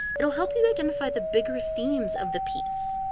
it will help you identify the bigger themes of the piece.